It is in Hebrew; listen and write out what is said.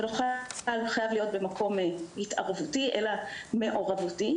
זה לא חייב להיות במקום התערבותי אלא מעורבותי